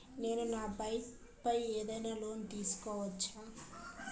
నేను నా బైక్ పై ఏదైనా లోన్ తీసుకోవచ్చా?